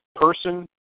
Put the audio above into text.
person